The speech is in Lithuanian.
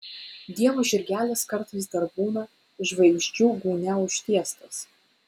dievo žirgelis kartais dar būna žvaigždžių gūnia užtiestas